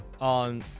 on